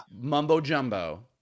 mumbo-jumbo